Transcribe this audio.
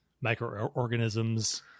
microorganisms